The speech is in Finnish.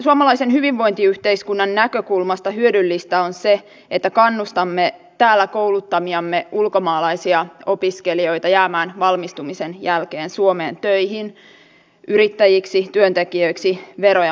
suomalaisen hyvinvointiyhteiskunnan näkökulmasta hyödyllistä on se että kannustamme täällä kouluttamiamme ulkomaalaisia opiskelijoita jäämään valmistumisen jälkeen suomeen töihin yrittäjiksi työntekijöiksi veroja maksamaan